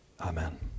Amen